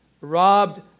robbed